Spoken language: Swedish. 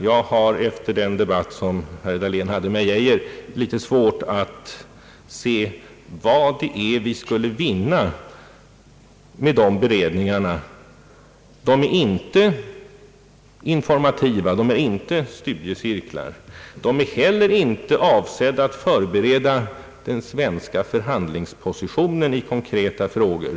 Jag har efter den debatt som herr Dahlén hade med herr Geijer litet svårt att se, vad vi skulle vinna med de beredningarna. De är inte informativa, de är inte studiecirklar, de är heller inte avsedda att förbereda den svenska förhandlingspositionen i konkreta frågor.